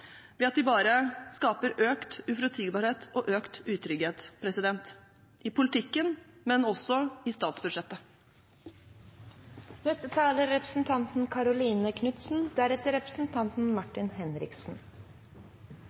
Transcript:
ved at de bare skaper økt uforutsigbarhet og økt utrygghet – i politikken, men også i statsbudsjettet. Kommunene er